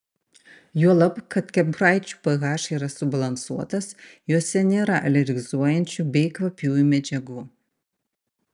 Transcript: juolab kad kepuraičių ph yra subalansuotas jose nėra alergizuojančių bei kvapiųjų medžiagų